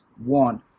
one